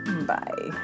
Bye